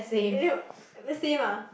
eh you know the same ah